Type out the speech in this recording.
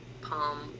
palm